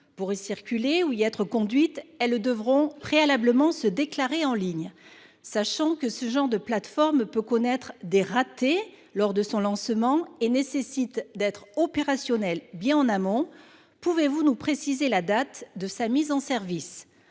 Pour y circuler ou y être conduites, elles devront préalablement se déclarer en ligne. Étant donné que les plateformes de ce genre peuvent connaître des ratés lors de leur lancement et nécessitent d’être opérationnelles bien en amont, pouvez vous nous préciser la date de mise en service